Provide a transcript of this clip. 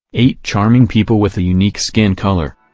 eight charming people with a unique skin color